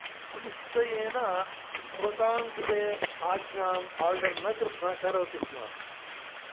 निश्चयेन भवतां कृते आज्ञां ओर्डर् न कृ करोति स्म